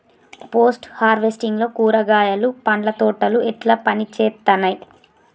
Post harvesting లో కూరగాయలు పండ్ల తోటలు ఎట్లా పనిచేత్తనయ్?